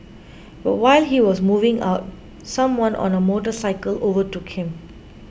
but while he was moving out someone on a motorcycle overtook him